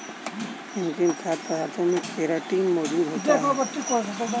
किन किन खाद्य पदार्थों में केराटिन मोजूद होता है?